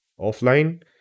offline